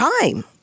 time